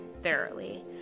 thoroughly